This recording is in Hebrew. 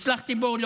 הצלחתי בו.